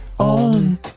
On